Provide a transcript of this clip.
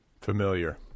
Familiar